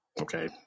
okay